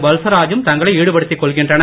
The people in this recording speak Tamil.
வல்சராஜும் தங்களை ஈடுபடுத்திக் கொள்கின்றனர்